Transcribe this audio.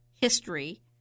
history